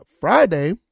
friday